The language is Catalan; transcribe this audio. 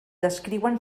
descriuen